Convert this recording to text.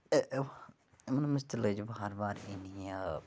یِمَن مَنٛز تہِ لٔج وار وار ینۍ یہِ